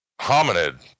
hominid